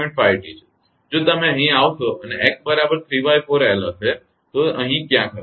5T છે જો તમે અહીં આવશો અને x બરાબર ¾𝑙 હશે તો તે અહીં ક્યાંક હશે